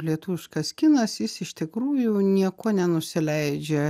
lietuviškas kinas jis iš tikrųjų niekuo nenusileidžia